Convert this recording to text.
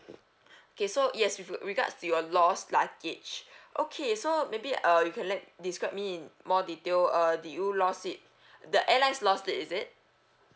okay so yes with regards to your lost luggage okay so maybe uh you can let describe me in more detail uh did you lost it the airlines lost it is it